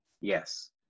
Yes